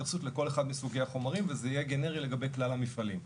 התייחסות לכל אחד מסוגי החומרים וזה יהיה גנרי לגבי כלל המפעלים.